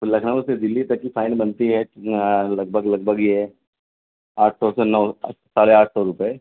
تو لکھنؤ سے دلی تک کی فائن بنتی ہے لگ بھگ لگ بھگ یہ آٹھ سو سے نو ساڑھے آٹھ سو روپے